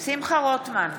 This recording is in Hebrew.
שמחה רוטמן,